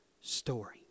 story